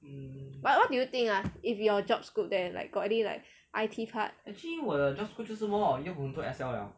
but what do you think ah if your job scope there like got any like I_T part